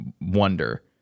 wonder